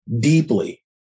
deeply